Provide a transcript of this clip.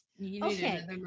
Okay